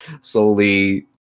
slowly